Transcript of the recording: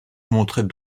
montrait